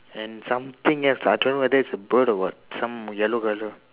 and something else ah I don't know whether it's a bird or what some yellow colour